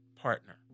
partner